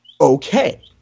Okay